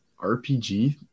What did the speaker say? RPG